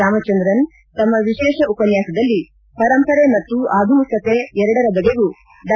ರಾಮಚಂದ್ರನ್ ತಮ್ಮ ವಿಶೇಷ ಉಪನ್ಯಾಸದಲ್ಲಿ ಪರಂಪರೆ ಮತ್ತು ಆಧುನಿಕತೆ ಎರಡರೂ ಬಗೆಗೂ ಡಾ